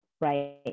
right